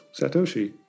Satoshi